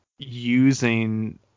using